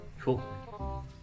Cool